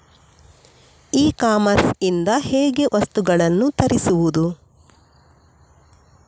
E commerce ಇಂದ ಹೇಗೆ ವಸ್ತುಗಳನ್ನು ತರಿಸುವುದು?